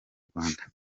rwanda